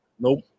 Nope